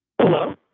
Hello